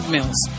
Mills